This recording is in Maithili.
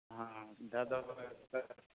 हँ जादा हो गेल तऽ